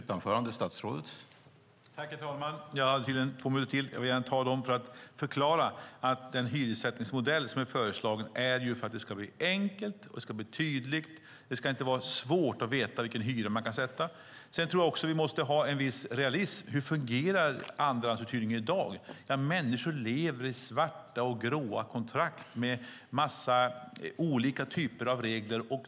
Herr talman! Jag vill gärna använda mitt sista inlägg till att förklara den hyressättningsmodell som är föreslagen. Den föreslås för att det hela ska bli enkelt och tydligt. Det ska inte vara svårt att veta vilken hyra man kan sätta. Sedan tror jag att vi måste ha en realistisk syn på hur andrahandsuthyrningen fungerar i dag. Människor lever med svarta och grå kontrakt och med en mängd olika regler.